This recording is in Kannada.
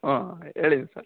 ಹ್ಞೂ ಹೇಳಿದೀನ್ ಸರ್